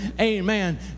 amen